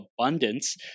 abundance